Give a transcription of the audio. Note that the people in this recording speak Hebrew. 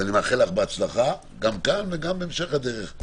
אני מאחל לך בהצלחה גם כאן וגם בהמשך הדרך,